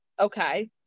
okay